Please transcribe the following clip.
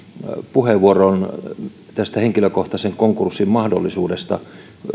puheenvuoroon tästä henkilökohtaisen konkurssin mahdollisuudesta